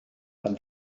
pan